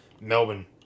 Melbourne